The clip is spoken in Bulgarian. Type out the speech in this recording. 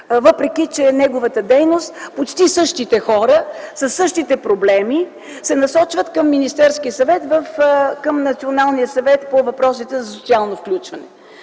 въпреки че неговата дейност - почти същите хора със същите проблеми, се насочват към Министерския съвет, към Националния съвет по въпросите за социално включване.